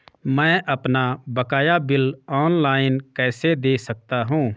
मैं अपना बकाया बिल ऑनलाइन कैसे दें सकता हूँ?